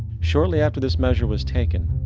shortly after this measure was taken,